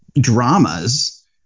dramas